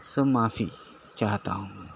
سو معافی چاہتا ہوں